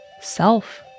self